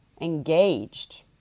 engaged